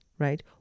Right